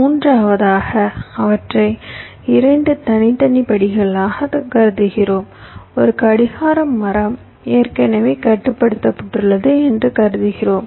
மூன்றாவதாக அவற்றை 2 தனித்தனி படிகளாகக் கருதுகிறோம் ஒரு கடிகார மரம் ஏற்கனவே கட்டப்பட்டுள்ளது என்று கருதுகிறோம்